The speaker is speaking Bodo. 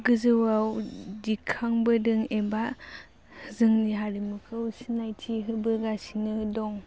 गोजौआव दिखांबोदों एबा जोंनि हारिमुखौ सिनायथि होबोगासिनो दं